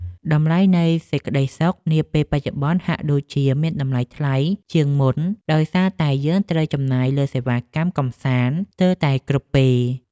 តម្លៃនៃសេចក្ដីសុខនាពេលបច្ចុប្បន្នហាក់ដូចជាមានតម្លៃថ្លៃជាងមុនដោយសារតែយើងត្រូវចំណាយលើសេវាកម្មកម្សាន្តស្ទើរគ្រប់ពេល។